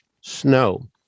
Snow